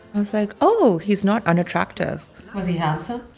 i was like, oh, he's not unattractive was he handsome?